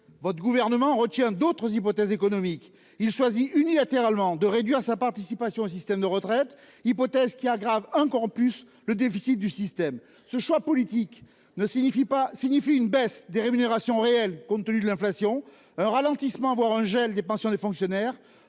votre gouvernement retient d'autres hypothèses économiques il choisi unilatéralement de réduire sa participation au système de retraite, hypothèse qui aggrave un Campus. Le déficit du système ce choix politique ne signifie pas signifie une baisse des rémunérations réelles compte tenu de l'inflation. Un ralentissement voire un gel des pensions des fonctionnaires